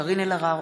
קארין אלהרר,